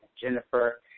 Jennifer